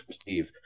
Steve